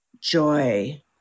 joy